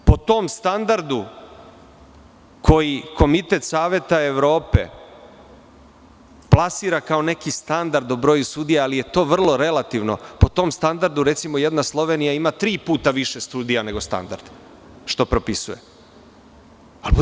Po tom standardu koji Komitet Saveta Evrope plasira kao neki standard o broju sudija, ali je to vrlo relativno, po tom standardu, recimo, jedna Slovenija ima tri puta više sudija nego što propisuje standard.